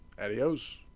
Adios